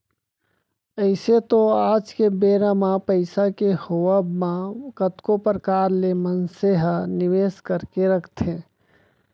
अइसे तो आज के बेरा म पइसा के होवब म कतको परकार ले मनसे ह निवेस करके रखथे